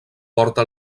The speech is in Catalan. porta